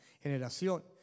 generación